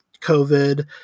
COVID